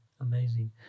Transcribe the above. amazing